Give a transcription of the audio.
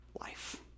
life